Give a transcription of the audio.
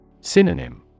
Synonym